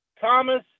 Thomas